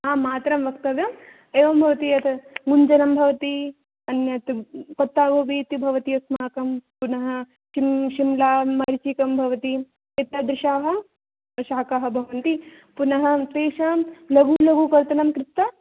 आम् मातरं वक्तव्यम् एवं भवति यत मुञ्जनं भवति अन्यत् पत्तागोभी इति भवति अस्माकं पुनः किं शिम्लामरीचिकं भवति एतादृशाः शाकाः भवन्ति पुनः तेषां लघु लघुकर्तनं कृत्वा